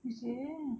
is it